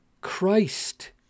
Christ